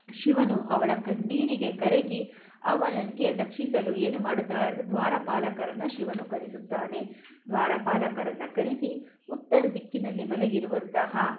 ಶಿವನು ಅವಳ ಕಣ್ಣೀರಿಗೆ ಕರಗಿ ಅವನಿಗೆ ರಕ್ಷಿಸಲು ಏನು ಮಾಡುತ್ತಾಳಂದರೆ ದ್ವಾರಪಾಲಕರನ್ನು ಶಿವನು ಕರೆಸುತ್ತಾನೆ ದ್ವಾರಪಾಲಕರನ್ನು ಕರೆಸಿ ಉತ್ತರ ದಿಕ್ಕಿನಲ್ಲಿ ಮಲಗಿರುವಂತಹ